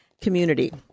Community